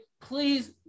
please